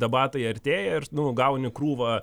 debatai artėja ir nu gauni krūvą